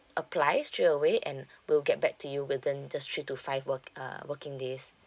apply straight away and we'll get back to you within just three to five work uh working days